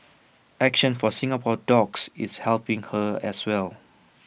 action for Singapore dogs is helping her as well